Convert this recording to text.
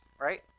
right